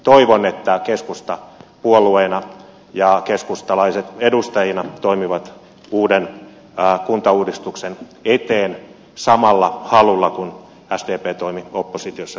toivon että keskusta puolueena ja keskustalaiset edustajina toimivat uuden kuntauudistuksen eteen samalla halulla kuin sdp toimi oppositiossa viimeiset neljä vuotta